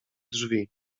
drzwi